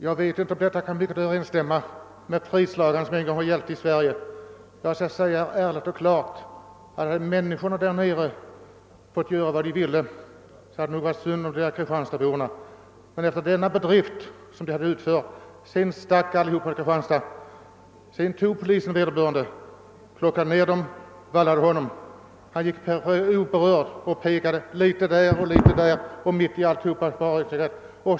Jag vet inte hur detta stämmer med de fridslagar som en gång gällde i Sverige, men jag vill ärligt och klart säga ifrån att hade människorna där nere fått göra vad de ville hade det nog varit synd om dessa Kristianstadsbor. När de hade utfört sin bedrift stack de alla till Kristianstad. Polisen tog sedan gärningsmannen och vallade honom på brottsplatsen. Han gick oberörd omkring och pekade litet här och litet där.